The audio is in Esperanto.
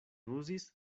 uzis